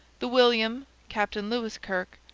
the william, captain lewis kirke,